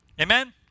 Amen